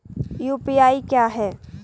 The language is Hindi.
यू.पी.आई क्या है?